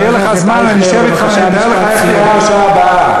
כשיהיה לך זמן אני אשב אתך ואני אתאר לך איך תהיה השואה הבאה,